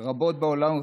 רבות בעולם,